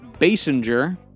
Basinger